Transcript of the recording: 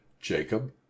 Jacob